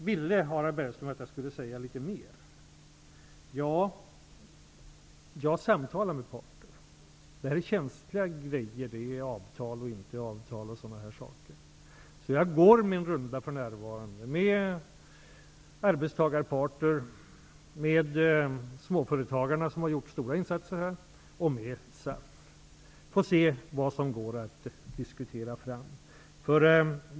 Harald Bergström ville att jag skulle säga litet mer om de samtal som jag för med olika parter. Det är känsliga saker, avtal, icke avtal och sådant. Jag går min runda för närvarande med arbetstagarparter, med småföretagare, som gjort stora insatser, och med SAF för att se vad som går att diskutera fram.